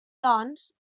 doncs